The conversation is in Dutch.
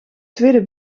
tweede